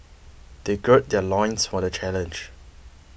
they gird their loins for the challenge